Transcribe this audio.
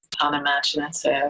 unimaginative